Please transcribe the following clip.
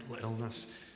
illness